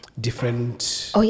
different